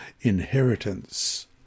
inheritance